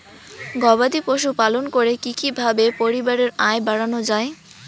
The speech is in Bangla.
গবাদি পশু পালন করে কি কিভাবে পরিবারের আয় বাড়ানো যায়?